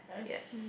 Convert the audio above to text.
yes